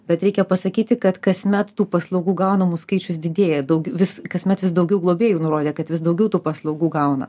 bet reikia pasakyti kad kasmet tų paslaugų gaunamų skaičius didėja daug vis kasmet vis daugiau globėjų nurodė kad vis daugiau tų paslaugų gauna